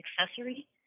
accessory